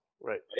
Right